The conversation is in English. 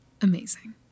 Amazing